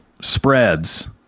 spreads